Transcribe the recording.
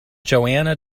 johanna